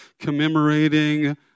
commemorating